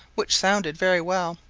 which sounded very well,